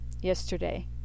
yesterday